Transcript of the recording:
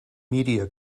media